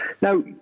Now